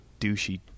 douchey